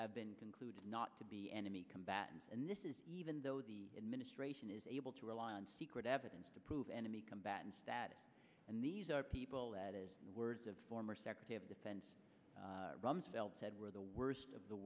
have been concluded not to be enemy combatants and this is even though the administration is able to rely on secret evidence to prove enemy combatants that and these are people that is the words of former secretary of defense rumsfeld said were the worst of the